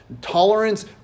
Tolerance